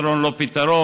הפתרון הוא לא פתרון,